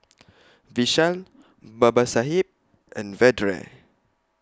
Vishal Babasaheb and Vedre